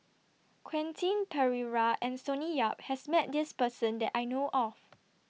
Quentin Pereira and Sonny Yap has Met This Person that I know of